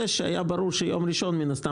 כולם התייחסו לזה שהיה ברור שיום ראשון מן הסתם